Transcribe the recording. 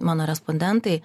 mano respondentai